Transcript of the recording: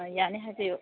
ꯑꯥ ꯌꯥꯅꯤ ꯍꯥꯏꯕꯤꯌꯨ